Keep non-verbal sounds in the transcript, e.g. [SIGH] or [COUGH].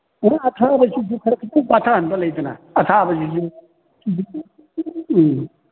[UNINTELLIGIBLE] ꯑꯊꯥꯕꯁꯤꯁꯨ ꯈꯔ ꯈꯤꯇꯪ ꯄꯥꯊꯍꯟꯕ ꯂꯩꯗꯅ ꯑꯊꯥꯕꯁꯤꯁꯨ [UNINTELLIGIBLE] ꯎꯝ